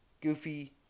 goofy